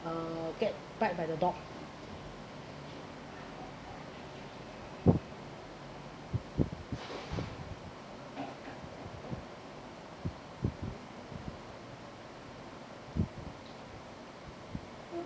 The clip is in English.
uh get bite by the dog